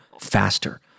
faster